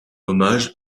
hommage